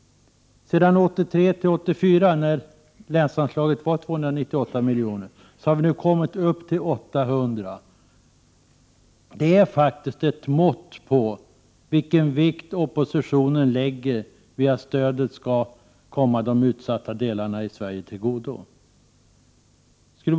Sedan 1983/84 har länsanslaget ökat från 298 milj.kr. till 800 miljoner. Detta är faktiskt ett mått på vilken vikt oppositionen lägger vid att stödet skall komma de utsatta delarna av Sverige till godo.